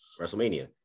WrestleMania